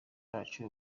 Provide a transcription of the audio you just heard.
bacu